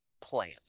plan